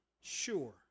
sure